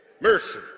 Mercy